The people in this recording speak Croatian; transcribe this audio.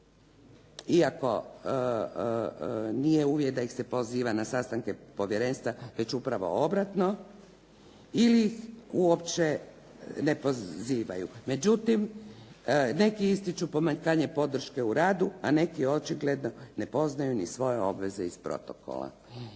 iako nije uvjet da ih se poziva na sastanke povjerenstva, već upravo obratno. Ili ih uopće ne pozivaju. Međutim, neki ističu pomanjkanje podrške u radu, a neki očigledno ne poznaju ni svoje obveze iz protokola.